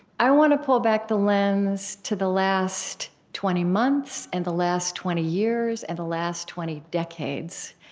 i want to pull back the lens to the last twenty months and the last twenty years and the last twenty decades.